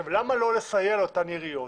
למה לא לסייע לאותן עיריות,